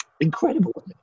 Incredible